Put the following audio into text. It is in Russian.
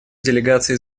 делегации